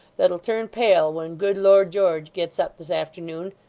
that'll turn pale when good lord george gets up this afternoon,